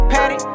Patty